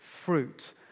fruit